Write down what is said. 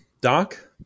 Doc